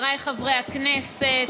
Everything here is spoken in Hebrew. חבריי חברי הכנסת,